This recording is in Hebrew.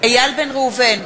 איל בן ראובן,